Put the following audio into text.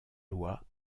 loi